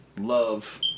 love